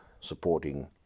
supporting